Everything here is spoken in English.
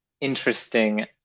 interesting